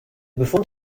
befund